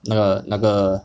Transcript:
那个那个